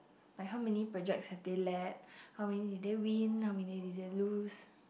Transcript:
like how many projects have they led how many did they win how many did they lose